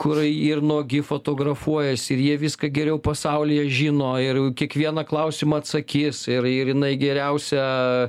kur ir nuogi fotografuojasi ir jie viską geriau pasaulyje žino ir kiekvieną klausimą atsakys ir ir jinai geriausia